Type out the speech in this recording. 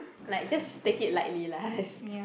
like just take it lightly lah